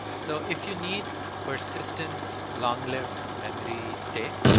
so if you need persistent long-lived memory state,